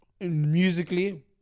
musically